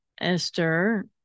Esther